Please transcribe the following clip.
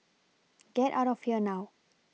get out of here now